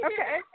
Okay